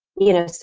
you know,